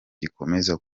gikomeza